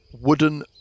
wooden